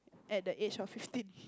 at the age of fifteen